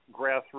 grassroots